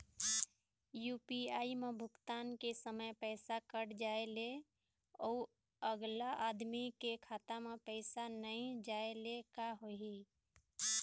UPI म भुगतान के समय पैसा कट जाय ले, अउ अगला आदमी के खाता म पैसा नई जाय ले का होही?